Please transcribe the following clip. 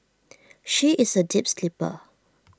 she is A deep sleeper